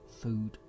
food